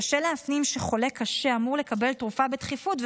קשה להפנים שחולה קשה אמור לקבל תרופה בדחיפות,